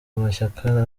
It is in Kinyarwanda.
amashyaka